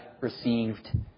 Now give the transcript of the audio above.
received